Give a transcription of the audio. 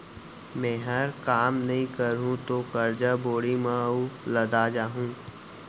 मैंहर काम नइ करहूँ तौ करजा बोड़ी म अउ लदा जाहूँ